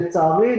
לצערי,